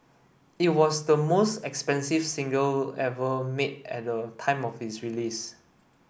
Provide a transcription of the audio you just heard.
it was the most expensive single ever made at the time of its release